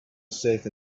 safe